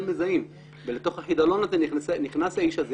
מזהים ולתוך החידלון הזה נכנס האיש הזה